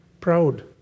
proud